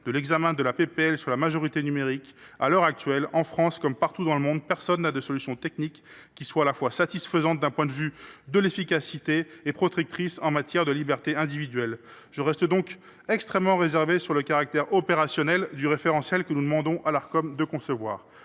à lutter contre la haine en ligne, à l’heure actuelle, en France comme partout dans le monde, personne ne dispose de solution technique qui soit à la fois satisfaisante du point de vue de l’efficacité et protectrice des libertés individuelles. Je reste donc extrêmement réservé sur le caractère opérationnel du référentiel que nous demandons à l’Arcom de concevoir.